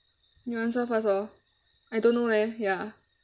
you answer first lor I don't know leh ya